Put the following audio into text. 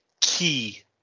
key